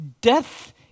Death